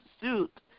suit